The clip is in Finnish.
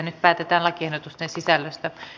nyt päätetään lakiehdotusten sisällöstä